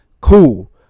cool